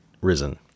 risen